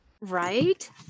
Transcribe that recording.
Right